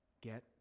get